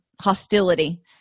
hostility